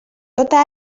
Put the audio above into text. tota